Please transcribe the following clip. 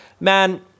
man